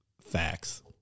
Facts